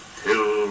till